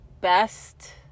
Best